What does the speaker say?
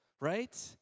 right